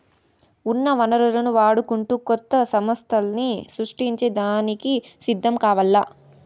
ఉన్న వనరులను వాడుకుంటూ కొత్త సమస్థల్ని సృష్టించే దానికి సిద్ధం కావాల్ల